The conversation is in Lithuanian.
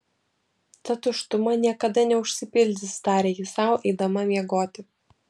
ta tuštuma niekada neužsipildys tarė ji sau eidama miegoti